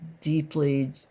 deeply